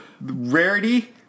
rarity